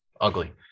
ugly